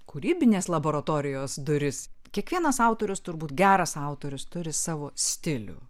kūrybinės laboratorijos duris kiekvienas autorius turbūt geras autorius turi savo stilių